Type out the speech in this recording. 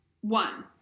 One